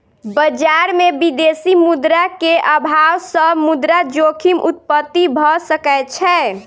बजार में विदेशी मुद्रा के अभाव सॅ मुद्रा जोखिम उत्पत्ति भ सकै छै